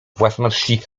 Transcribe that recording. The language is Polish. własności